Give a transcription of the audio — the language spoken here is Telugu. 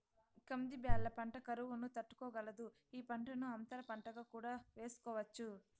కంది బ్యాళ్ళ పంట కరువును తట్టుకోగలదు, ఈ పంటను అంతర పంటగా కూడా వేసుకోవచ్చు